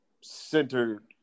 centered